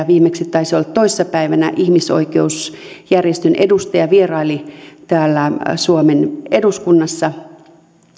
viimeksi taisi olla toissa päivänä kun ihmisoikeusjärjestön edustaja vieraili täällä suomen eduskunnassa